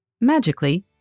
magically